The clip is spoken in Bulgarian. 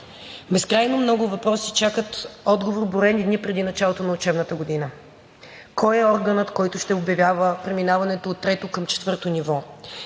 Безкрайно много въпроси чакат отговор броени дни преди началото на учебната година: кой е органът, който ще обявява преминаването от трето към четвърто ниво